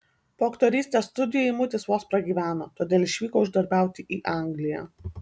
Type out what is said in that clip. po aktorystės studijų eimutis vos pragyveno todėl išvyko uždarbiauti į angliją